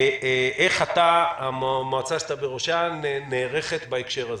איך המועצה שאתה עומד בראשה נערכת בהקשר הזה?